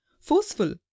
forceful